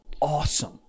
awesome